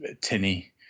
tinny